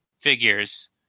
figures